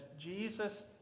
Jesus